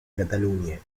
cataluña